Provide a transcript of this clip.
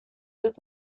dut